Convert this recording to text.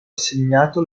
assegnato